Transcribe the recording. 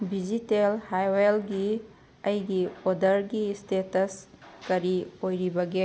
ꯕꯤꯖꯤꯇꯦꯜ ꯍꯥꯏꯔꯦꯜꯒꯤ ꯑꯩꯒꯤ ꯞꯔꯗꯔꯒꯤ ꯏꯁꯇꯦꯇꯁ ꯀꯔꯤ ꯑꯣꯏꯔꯤꯕꯒꯦ